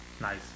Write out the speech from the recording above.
Nice